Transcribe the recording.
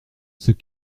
ceux